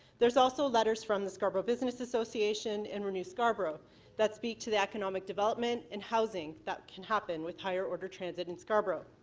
there's also letters from the scarborough business association and renew scarborough that speak to the economic development appear and housing that can happen with higher order transit in scarborough.